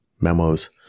memos